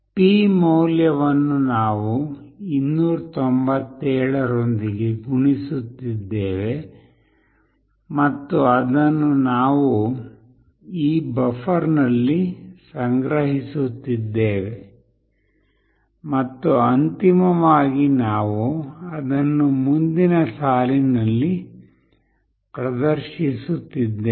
p ಮೌಲ್ಯವನ್ನು ನಾವು 297 ರೊಂದಿಗೆ ಗುಣಿಸುತ್ತಿದ್ದೇವೆ ಮತ್ತು ಅದನ್ನು ನಾವು ಈ ಬಫರ್ನಲ್ಲಿ ಸಂಗ್ರಹಿಸುತ್ತಿದ್ದೇವೆ ಮತ್ತು ಅಂತಿಮವಾಗಿ ನಾವು ಅದನ್ನು ಮುಂದಿನ ಸಾಲಿನಲ್ಲಿ ಪ್ರದರ್ಶಿಸುತ್ತಿದ್ದೇವೆ